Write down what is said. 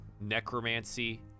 necromancy